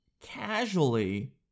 casually